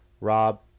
Rob